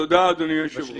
תודה אדוני היושב ראש.